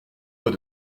lois